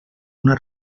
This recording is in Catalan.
una